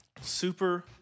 super